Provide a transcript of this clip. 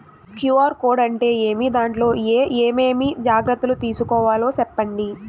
QR code అంటే ఏమి? దాంట్లో ఏ ఏమేమి జాగ్రత్తలు తీసుకోవాలో సెప్పండి?